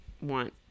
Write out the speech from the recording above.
want